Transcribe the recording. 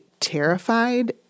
terrified